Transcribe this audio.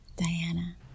diana